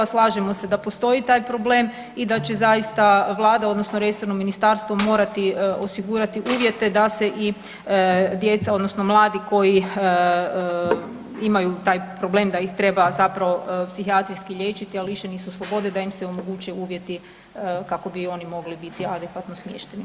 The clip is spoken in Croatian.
Slažemo se da postoji taj problem i da će zaista Vlada odnosno resorno ministarstvo morati osigurati uvjete da se i djeca odnosno mladi koji imaju taj problem da ih treba zapravo psihijatrijski liječiti a lišeni su slobode da im se omoguće uvjeti kako bi oni mogli biti adekvatno smješteni.